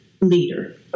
leader